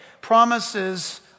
promises